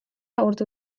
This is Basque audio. agortu